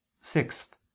Sixth